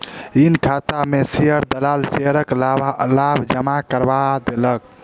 ऋण खाता में शेयर दलाल शेयरक लाभ जमा करा देलक